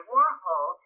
Warhol